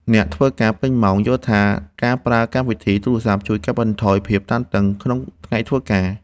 អ្នកធ្វើការពេញម៉ោងយល់ថា ការប្រើកម្មវិធីទូរសព្ទជួយកាត់បន្ថយភាពតានតឹងក្នុងថ្ងៃធ្វើការ។